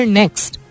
next